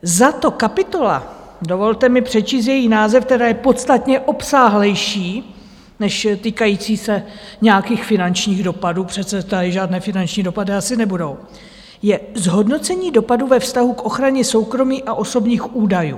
Zato kapitola, dovolte mi přečíst její název, která je podstatně obsáhlejší než týkající se nějakých finančních dopadů přece tady žádné finanční dopady asi nebudou je Zhodnocení dopadů ve vztahu k ochraně soukromí a osobních údajů.